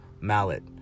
mallet